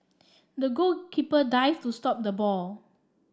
the goalkeeper dived to stop the ball